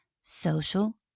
social